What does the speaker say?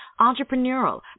entrepreneurial